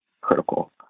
critical